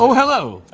so hello,